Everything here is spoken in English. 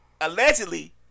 allegedly